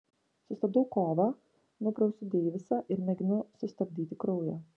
sustabdau kovą nuprausiu deivisą ir mėginu sustabdyti kraują